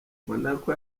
monaco